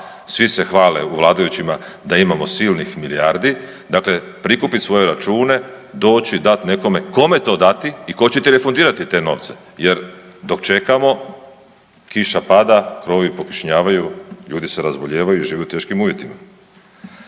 svi se hvale u vladajućima da imamo silnih milijardi, dakle prikupit svoje račune, doći i dat nekome, kome to dati i tko će ti refundirati te novce jer dok čekamo kiša pada, krovovi prokišnjavaju, ljudi se razbolijevaju jer žive u teškim uvjetima.